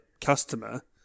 customer